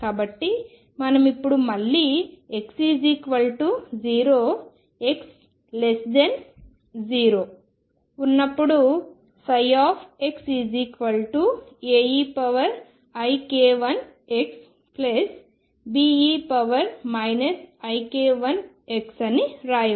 కాబట్టి మనం ఇప్పుడు మళ్లీ x0 x0 ఉన్నప్పుడు xAeik1xBe ik1x అని వ్రాయవచ్చు